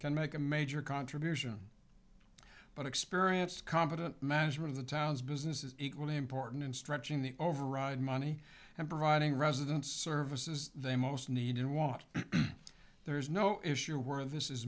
can make a major contribution but experience confident management of the town's business is equally important in stretching the override money and providing residents services they most need and want there is no issue where this is